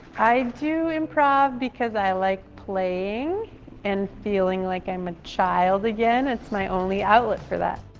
i do improv because i like playing and feeling like i'm a child again it's my only outlet for that.